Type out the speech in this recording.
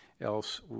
else